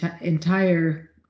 entire